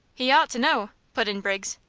he ought to know, put in briggs.